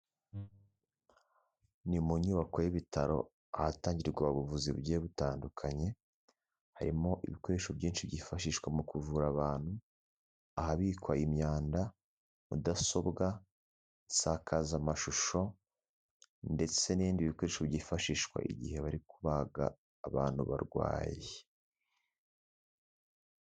Ni mu nyubako y'ibitaro ahatangirwa ubuvuzi bugiye butandukanye harimo ibikoresho byinshi byifashishwa mu kuvura abantu, ahabikwa imyanda, mudasobwa, insakazamashusho ndetse n'ibindi bikoresho byifashishwa igihe bari kubaga abantu barwaye.